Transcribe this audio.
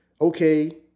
okay